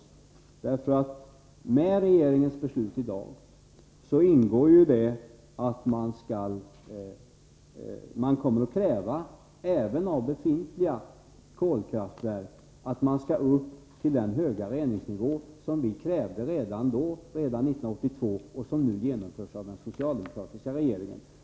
I det nu aktuella riksdagsbeslutet ingår ju att det även i fråga om befintliga kolkraftverk kommer att ställas som villkor att man uppnår den höga reningsnivå som vi krävde redan 1982 och som nu föreslagits av den socialdemokratiska regeringen.